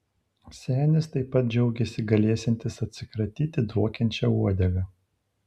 senis taip pat džiaugėsi galėsiantis atsikratyti dvokiančia uodega